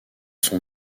sont